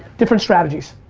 different strategies.